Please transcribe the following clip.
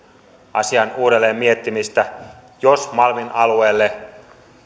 asian uudelleen miettimistä jos malmin alueelle